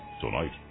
Tonight